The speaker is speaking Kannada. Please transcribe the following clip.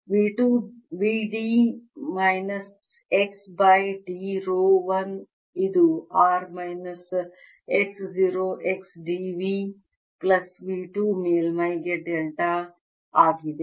V 2 V d minus x by d rho 1 ಇದು r minus x 0 x d V plus V 2 ಮೇಲ್ಮೈ ಗೆ Q ಡೆಲ್ಟಾ ಆಗಿದೆ